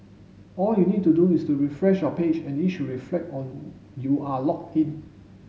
all you need to do is to refresh your page and it should reflect on you are logged in